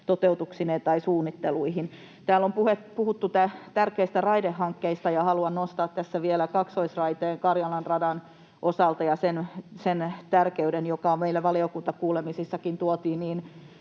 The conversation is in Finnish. toteutuksineen tai suunnitteluineen. Täällä on puhuttu tärkeistä raidehankkeista, ja haluan nostaa tässä vielä kaksoisraiteen Karjalan radan osalta ja sen tärkeyden, joka meillä valiokuntakuulemisissakin tuotiin